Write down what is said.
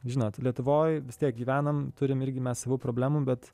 žinot lietuvoj vis tiek gyvenam turim irgi mes savų problemų bet